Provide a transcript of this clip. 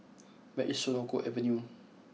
where is Senoko Avenue